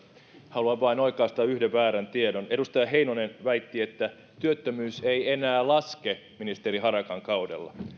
haluan vain oikaista yhden väärän tiedon edustaja heinonen väitti että työttömyys ei enää laske ministeri harakan kaudella